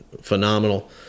phenomenal